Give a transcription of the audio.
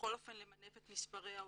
בכל אופן למנף את מספרי העולים.